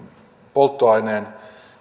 polttoaineen